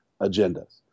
agendas